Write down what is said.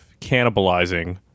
cannibalizing